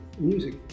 music